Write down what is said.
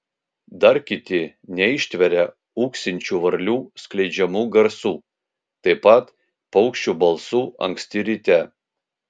dar kiti neištveria ūksinčių varlių skleidžiamų garsų taip pat paukščių balsų anksti ryte